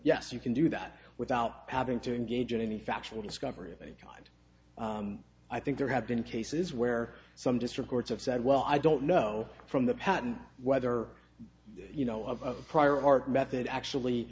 yes you can do that without having to engage in any factual discovery of a god i think there have been cases where some district courts have said well i don't know from the patent whether you know of prior art method actually